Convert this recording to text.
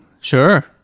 Sure